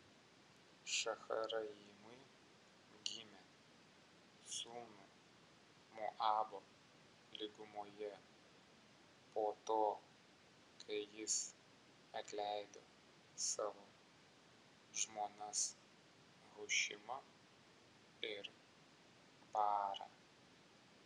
šaharaimui gimė sūnų moabo lygumoje po to kai jis atleido savo žmonas hušimą ir baarą